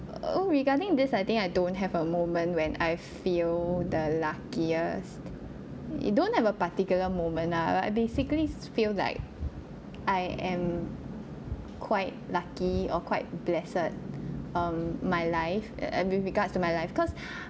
oo regarding this I think I don't have a moment when I feel the luckiest don't have a particular moment lah but basically I feel like I am quite lucky or quite blessed um my life err with regards to my life cause